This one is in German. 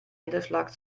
niederschlag